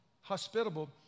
hospitable